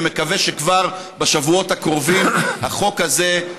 ומקווה שכבר בשבועות הקרובים החוק הזה,